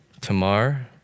Tamar